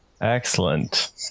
excellent